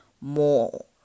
more